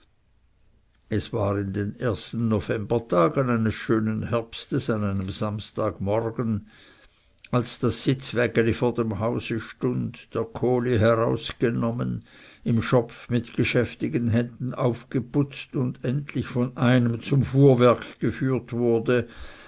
es war in den ersten novembertagen eines schönen herbstes an einem samstag morgens als das sitzwägeli vor dem hause stund der kohli herausgenommen im schopf mit geschäftigen händen aufgeputzt und endlich von einem zum fuhrwerk geführt wurde